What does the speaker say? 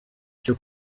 cyo